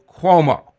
Cuomo